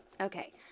Okay